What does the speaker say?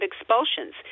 expulsions